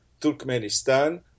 Turkmenistan